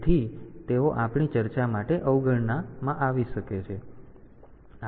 તેથી તેઓ આપણી ચર્ચા માટે અવગણવામાં આવી શકે છે